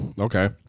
Okay